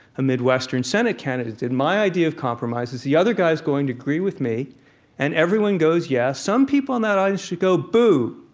a midwestern senate candidate did my idea of compromise is the other guy's going to agree with me and everyone goes yes. some people in that audience should go boo.